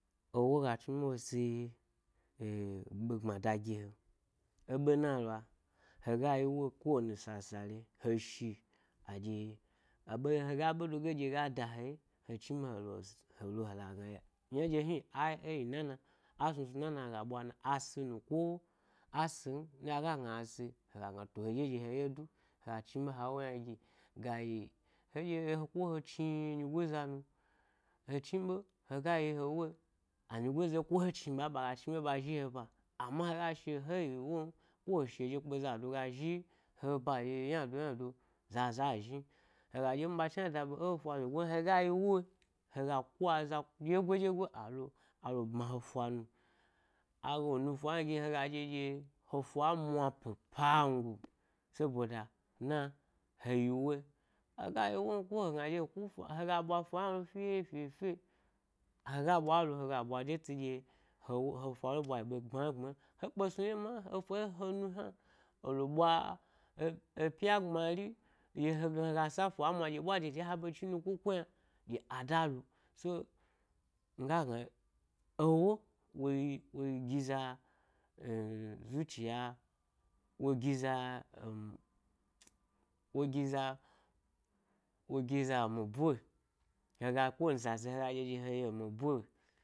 Ewo ga dni ɓa wo si eh-eh-ɓe gbmada gi he, e ɓena loa, hega yi woe ko wani sasaleyi aɗye a ɓe, hega ɓe dega ɗye go da he ye, he chni ma helo he si, helo hala, gna yna ɗyi hni a e yi nana, a snu snu na na aga ɓwa na asi nu, las-a sin, nɗye aga gna a si hega gna asi hega gna to heɗye ɗye he ye du, ha chni ɓe ha ewo yna gi. Ga yi, heye he ko he chni nyigoza nu, he chni ɓe hega yi ewo yi anyi gaza, ko he chni ɓam baga chni ɓe ɓa zhi he ba, amma hega shi’o he yi won ko shi ɗye kpe zada gazhihe ba en yna ynado, zaza a zhin. Hega dye mi ba chna da ɓe e’ efa hega yi woe hega ku aza dyegoi dyegoi, alo alo bma he’ fanu. Agalo nu’ fa nɗye hega ɗye ɗye hefa mwa pi pamgota soboda na, heyi woe, aga yi woe ko hegna ɗye he ku fa, hega ɓwa efa hna fyo fyo fyo aga ɓwa lo hega ɓwa de tsi ɗye-he woe, he’ fa ɓwayi ɓe gbma gbma, he kpe snu ɗye ma, efa ɗye ɓwa dede ha be cninu ko ko yna ɗye ada lu so, miga gna,-ewo, woyi wo gi za-eh-eh zuciya-wo gi za eh em-tsuu-wogi za-wogiza emi boe hega ko wa sasa e-hega ɗye he yi emi boe.